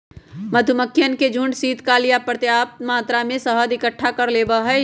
मधुमक्खियन के झुंड शीतकाल ला पर्याप्त मात्रा में शहद इकट्ठा कर लेबा हई